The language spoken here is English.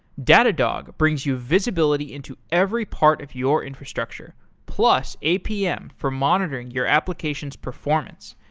datadog brings you visibility into every part of your infrastructure, plus, apm for monitoring your application's performance.